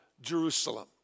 Jerusalem